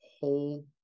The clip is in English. whole